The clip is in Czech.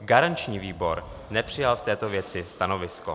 Garanční výbor nepřijal k této věci stanovisko.